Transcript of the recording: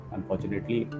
Unfortunately